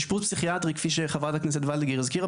אשפוז פסיכיאטרי כפי שחברת הכנסת וולדיגר הזכירה,